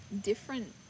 Different